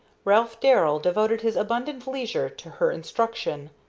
ralph darrell devoted his abundant leisure to her instruction,